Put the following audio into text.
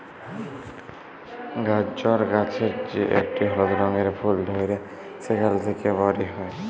গাজর গাছের যে একটি হলুদ রঙের ফুল ধ্যরে সেখালে থেক্যে মরি হ্যয়ে